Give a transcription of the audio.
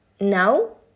Now